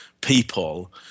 people